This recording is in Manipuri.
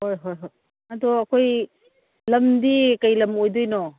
ꯍꯣꯏ ꯍꯣꯏ ꯍꯣꯏ ꯑꯗꯣ ꯑꯩꯈꯣꯏ ꯂꯝꯗꯤ ꯀꯔꯤ ꯂꯝ ꯑꯣꯏꯗꯣꯏꯅꯣ